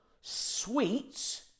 sweets